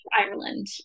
Ireland